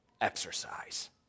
exercise